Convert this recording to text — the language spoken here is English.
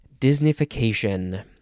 Disneyfication